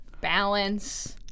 balance